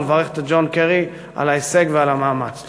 ולברך את ג'ון קרי על ההישג ועל המאמץ.